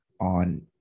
on